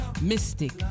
Mystic